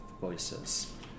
voices